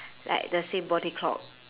like the same body clock